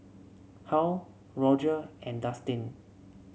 Halle Roger and Dustin